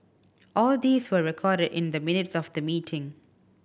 all these were recorded in the minutes of the meeting